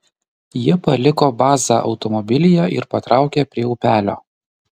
jie paliko bazą automobilyje ir patraukė prie upelio